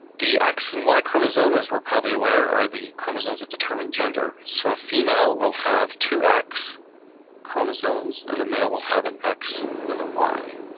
the x and y chromosome, as we're probably aware, are the chromosomes that determine gender. so a female will have two x chromosomes, and the male will have an x and a y.